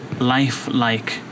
life-like